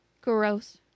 Gross